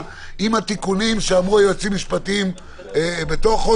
עם התיקונים שאמרו היועצים המשפטיים בתוכו,